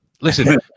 listen